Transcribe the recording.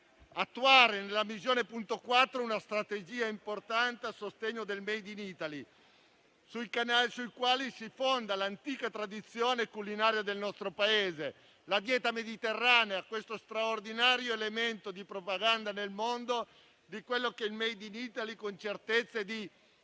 attuare una strategia importante a sostegno del *made in Italy,* sui canali sui quali si fonda l'antica tradizione culinaria del nostro Paese: la dieta mediterranea, straordinario elemento di propaganda nel mondo di quello è che il *made in Italy,* con certezza di